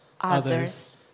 others